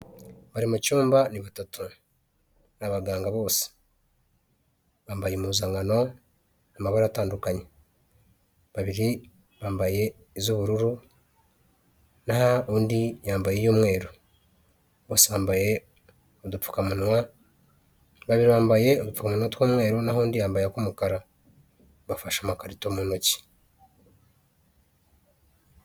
Bari mu cyumba ni batatu ni abaganga bose bambaye impuzankano amabara atandukanye, babiri bambaye iz'ubururu n'aho undi yambaye iy'umweru, bose bambaye udupfukamuwa, babiri bambaye udupfukamunwa tw'umweru n'aho undi yambaye akumukara bafashe amakarito mu ntoki.